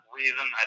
reason